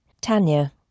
Tanya